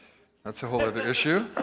that's a whole other issue.